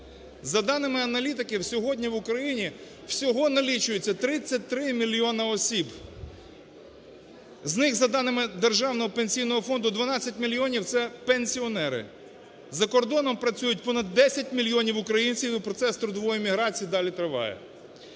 За даними аналітиків сьогодні в Україні всього налічується 33 мільйони осіб. З них за даними Державного пенсійного фонду 12 мільйонів -це пенсіонери. За кордоном працюють понад 10 мільйонів українців? і процес трудової міграції далі триває.